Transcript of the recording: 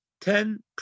Ten